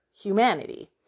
humanity